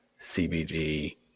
CBD